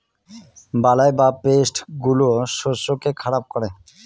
বালাই বা পেস্ট গুলো শস্যকে খারাপ করে